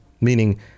meaning